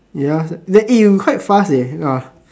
ya eh we quite fast leh ya